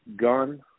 gun